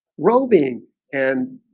roving and